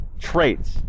traits